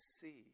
see